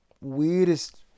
weirdest